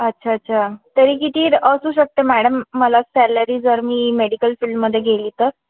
अच्छा अच्छा तरी किती असू शकते मॅडम मला सॅलरी जर मी मेडिकल फील्डमध्ये गेले तर